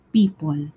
people